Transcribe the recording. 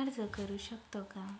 अर्ज करु शकतो का?